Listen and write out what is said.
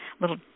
little